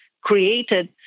created